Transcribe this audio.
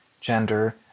gender